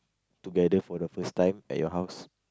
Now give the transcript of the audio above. together for the first time at your house